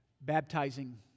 baptizing